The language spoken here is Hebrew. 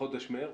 בחודש מרץ.